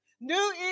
new